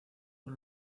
por